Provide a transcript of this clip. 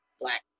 black